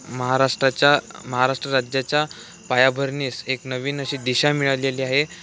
महाराष्ट्राच्या महाराष्ट्र राज्याच्या पायाभरणीस एक नवीन अशी दिशा मिळालेली आहे